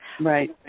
Right